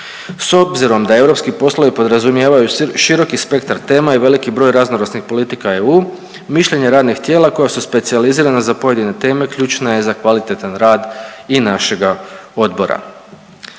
S obzirom da europski poslovi podrazumijevaju široki spektar tema i veliki broj raznovrsnih politika EU mišljenja radnih tijela koja su specijalizirana za pojedine teme ključna je za kvalitetan rad i našega odbora.